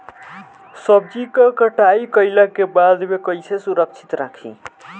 सब्जी क कटाई कईला के बाद में कईसे सुरक्षित रखीं?